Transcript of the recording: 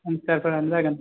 one star फोरानो जागोन